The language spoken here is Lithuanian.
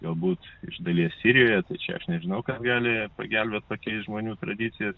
galbūt iš dalies sirijoje tai čia aš nežinau kas gali pagelbėt pakeist žmonių tradicijas